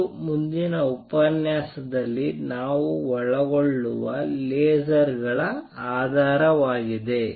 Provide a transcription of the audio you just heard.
ಇದು ಮುಂದಿನ ಉಪನ್ಯಾಸದಲ್ಲಿ ನಾವು ಒಳಗೊಳ್ಳುವ ಲೇಸರ್ ಗಳ ಆಧಾರವಾಗಿದೆ